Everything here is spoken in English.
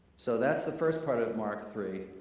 so that's the first part of mark three.